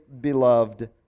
beloved